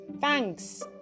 thanks